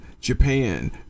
Japan